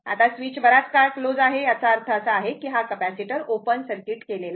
आता स्विच बराच काळ क्लोज आहे याचा अर्थ असा आहे की हा कपॅसिटर ओपन सर्किट केलेला आहे